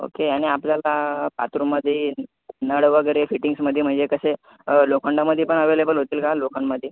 okay आणि आपल्याला बातरूममध्ये नळ वगैरे फिटींग्समध्ये म्हणजे कसे लोखंडामध्ये पण अवेलेबल होतील का लोखंडमध्ये